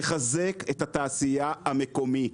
לחזק את התעשייה המקומית.